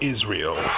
Israel